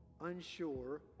unsure